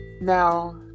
now